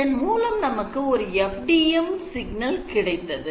இதன் மூலம் நமக்கு ஓர் FDM சிக்னல் கிடைத்தது